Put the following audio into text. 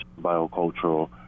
biocultural